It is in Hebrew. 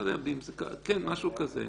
כן, משהו כזה.